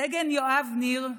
סגן יואב ניר,